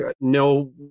no